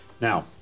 Now